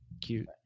cute